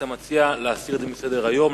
אתה מציע להסיר את זה מסדר-היום,